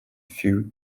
few